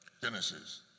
Genesis